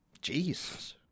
Jesus